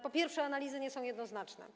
Po pierwsze, analizy nie są jednoznaczne.